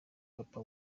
papa